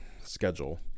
schedule